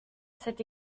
cet